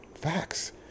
Facts